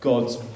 God's